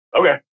Okay